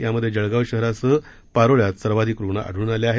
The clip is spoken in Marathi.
यामध्ये जळगाव शहरासह पारोळ्यात सर्वाधिक रुग्ण आढळून आले आहे